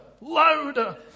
Louder